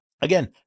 Again